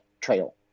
trail